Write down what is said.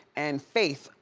and faith,